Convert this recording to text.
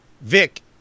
Vic